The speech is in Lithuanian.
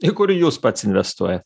į kurį jūs pats investuojat